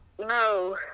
No